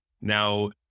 now